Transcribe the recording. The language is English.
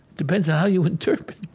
depends on how you interpret it.